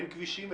אין כבישים.